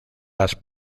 las